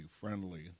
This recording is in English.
friendly